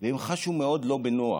והם חשו מאוד לא בנוח.